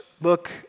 book